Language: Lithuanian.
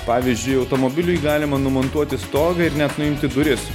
pavyzdžiui automobiliui galima numontuoti stogą ir net nuimti duris